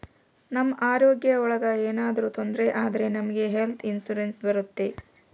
ನಮ್ ಆರೋಗ್ಯ ಒಳಗ ಏನಾದ್ರೂ ತೊಂದ್ರೆ ಆದ್ರೆ ನಮ್ಗೆ ಹೆಲ್ತ್ ಇನ್ಸೂರೆನ್ಸ್ ಬರುತ್ತೆ